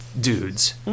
dudes